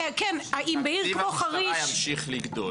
שתקציב המשטרה ימשיך לגדול.